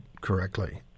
correctly